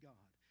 God